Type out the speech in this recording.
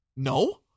No